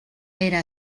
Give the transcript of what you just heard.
era